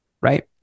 Right